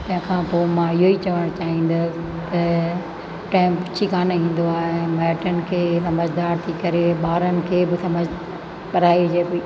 तंहिंखां पोइ मां ईअं ई चवण चाहिंदसि त टाइम पुछी कोन्ह ईंदो आ्हे ऐं माइटनि खे सम्झदार थी करे ॿारनि खे बि सम्झदार पढ़ाई जे